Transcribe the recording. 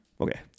Okay